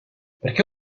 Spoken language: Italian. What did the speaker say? perché